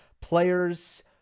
players